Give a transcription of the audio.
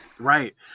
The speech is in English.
right